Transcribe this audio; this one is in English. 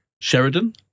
Sheridan